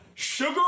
Sugar